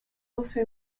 also